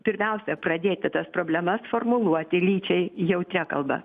pirmiausia pradėti tas problemas formuluoti lyčiai jau tie kalba